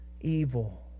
evil